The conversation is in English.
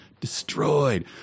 Destroyed